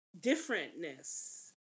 differentness